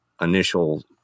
initial